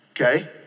Okay